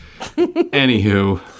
Anywho